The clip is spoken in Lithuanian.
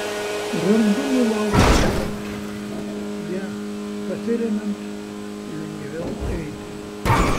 randu nulaužtą šaką ja pasiremiant lengviau eiti